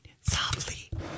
softly